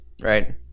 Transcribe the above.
Right